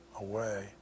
away